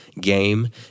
game